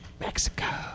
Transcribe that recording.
Mexico